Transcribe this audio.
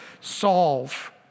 solve